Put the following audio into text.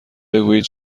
بگویید